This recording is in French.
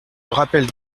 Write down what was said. rappelle